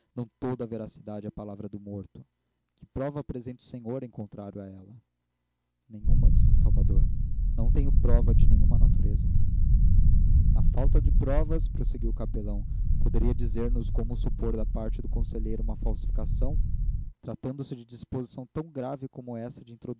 toda a veracidade à palavra do morto que prova apresenta o senhor em contrário a ela nenhuma disse salvador não tenho prova de nenhuma natureza na falta de provas prosseguiu o capelão poderia dizer-nos como supor da parte do conselheiro uma falsificação tratando-se de disposição tão grave como essa